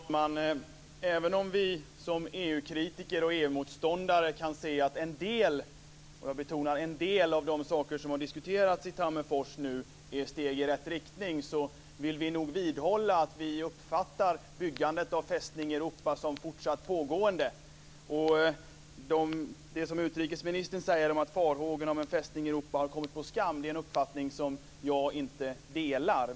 Fru talman! Även om vi som EU-kritiker och EU motståndare kan se att en del av de saker som har diskuterats i Tammerfors är steg i rätt riktning, vill vi vidhålla att vi uppfattar byggandet av "Fästning Europa" som fortsatt pågående. Utrikesministern säger att farhågorna om en "Fästning Europa" har kommit på skam, och det är en uppfattning som jag inte delar.